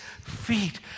feet